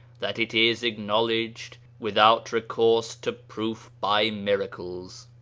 that it is acknowledged without recourse to proof by miracles.